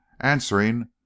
answering